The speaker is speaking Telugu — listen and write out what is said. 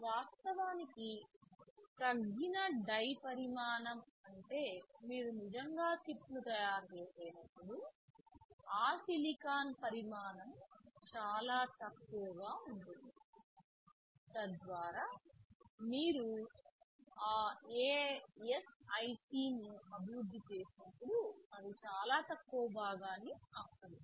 వాస్తవానికి తగ్గిన డై పరిమాణం అంటే మీరు నిజంగా చిప్ను తయారుచేసేటప్పుడు ఆ సిలికాన్ పరిమాణం చాలా తక్కువగా ఉంటుంది తద్వారా మీరు ఆ ASIC ను అభివృద్ధి చేసినప్పుడు అది చాలా తక్కువ భాగాన్ని ఆక్రమిస్తుంది